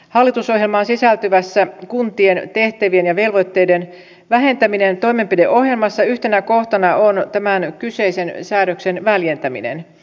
hallitusohjelmaan sisältyvässä kuntien tehtävien ja velvoitteiden vähentäminen toimenpideohjelmassa yhtenä kohtana on tämän kyseisen säädöksen väljentäminen